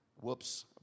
Whoops